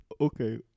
Okay